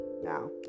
now